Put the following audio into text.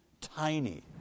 tiny